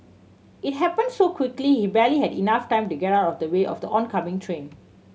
it happen so quickly he barely had enough time to get out of the way of the oncoming train